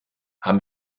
haben